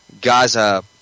Gaza